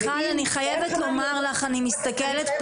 מיכל, אני חייבת לומר לך, אני רואה